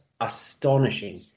Astonishing